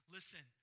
Listen